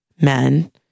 men